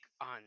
on